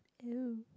!eww!